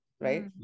right